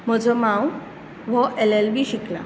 म्हजो मांव हो एल एल बी शिकला